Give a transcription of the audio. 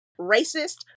racist